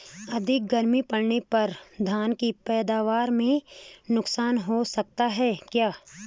अधिक गर्मी पड़ने पर धान की पैदावार में नुकसान हो सकता है क्या?